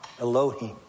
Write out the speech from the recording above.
Elohim